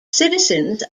citizens